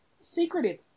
Secretive